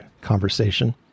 conversation